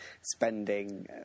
spending